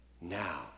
now